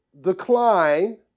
decline